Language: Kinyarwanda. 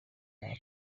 ngo